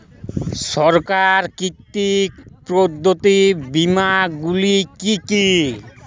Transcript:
সরকার কর্তৃক প্রদত্ত বিমা গুলি কি কি?